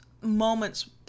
moments